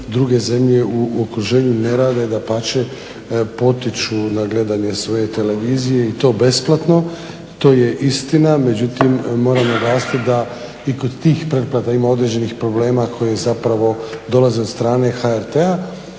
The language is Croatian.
druge zemlje u okruženju ne rade, dapače potiču na gledanje svoje televizije i to besplatno. To je istina, međutim moram naglasiti da i kod tih pretplata ima određenih problema koji zapravo dolaze od strane HRT-a,